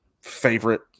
favorite